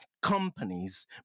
companies